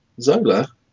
Zola